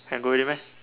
can go already meh